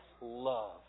love